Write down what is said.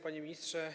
Panie Ministrze!